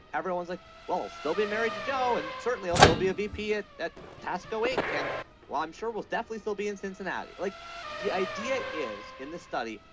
everyone's like well, i'll still be married to joe and certainly i'll still be a vp at at tasko inc and well, i'm sure we'll definitely still be in cincinnati. like the idea is in this study,